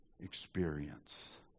experience